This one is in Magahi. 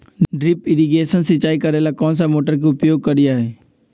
ड्रिप इरीगेशन सिंचाई करेला कौन सा मोटर के उपयोग करियई?